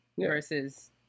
versus